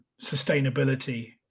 sustainability